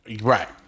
Right